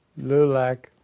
LULAC